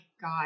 God